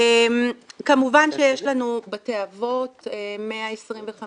כמובן שיש לנו בתי אבות, 125